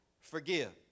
forgive